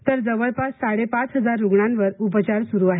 तर जवळपास साडेपाच हजार रुग्णांवर उपचार सुरू आहेत